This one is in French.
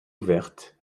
ouverte